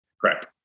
Correct